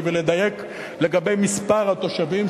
לי ולדייק לגבי מספר התושבים,